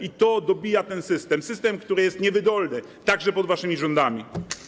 I to dobija ten system, system, który był i jest niewydolny, także pod waszymi rządami.